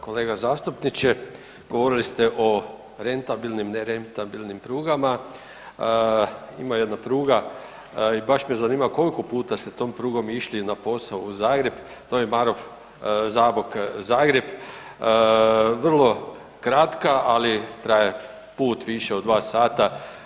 Kolega zastupniče govorili ste o rentabilnim, nerentabilnim prugama, ima jedna pruga i baš me zanima koliko puta ste tom prugom išli na posao u Zagreb, Novi Marof-Zabok-Zagreb, vrlo kratka ali traje put više od 2 sata.